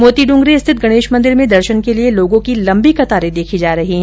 मोतीढूंगरी स्थित गणेश मंदिर में दर्शन के लिये लोगों की लम्बी कतारे देखी जा रही हैं